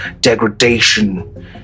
degradation